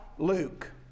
Luke